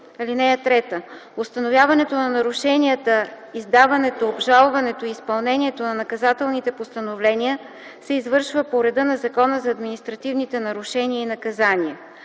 (3) Установяването на нарушенията, издаването, обжалването и изпълнението на наказателните постановления се извършва по реда на Закона за административните нарушения и наказания.